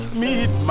meet